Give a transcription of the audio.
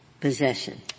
possession